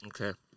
Okay